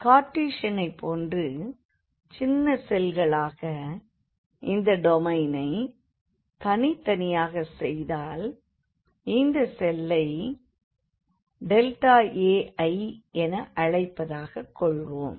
கார்டீசனைப் போன்று சின்ன செல்களாக இந்த டொமைனைத் தனித்தனியாகச் செய்தால் இந்த செல்லை Aiஎன அழைப்பதாகக் கொள்வோம்